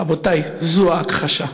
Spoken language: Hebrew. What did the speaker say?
רבותי, זו ההכחשה.